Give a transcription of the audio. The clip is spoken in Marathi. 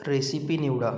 रेसिपी निवडा